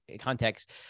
context